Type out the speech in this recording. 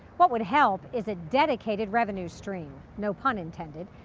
what would help is a dedicated revenue stream no pun intended.